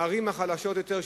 הערים החלשות יותר,